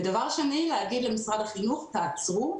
דבר שני, להגיד למשרד החינוך: תעצרו,